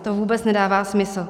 To vůbec nedává smysl.